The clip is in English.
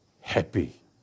happy